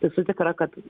esu tikra kad